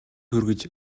хүргэж